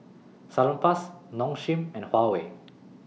Salonpas Nong Shim and Huawei